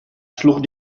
sloech